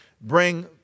Bring